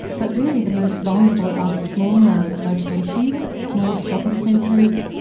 but really the most vulnerable are the smaller locations, small shopping centres,